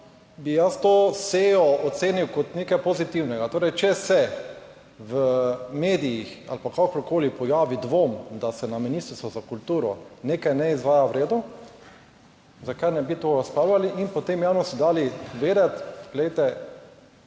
bi jaz to sejo ocenil kot nekaj pozitivnega, torej, če se v medijih ali pa kakorkoli pojavi dvom, da se na Ministrstvu za kulturo nekaj ne izvaja v redu, zakaj ne bi to razpravljali in potem javnosti dali vedeti, glejte,